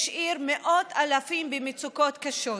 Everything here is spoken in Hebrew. השאיר מאות אלפים במצוקות קשות,